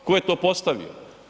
Tko je to postavio?